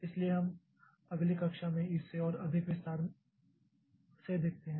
इसलिए हम अगली कक्षा में इसे और अधिक विस्तार से देखते हैं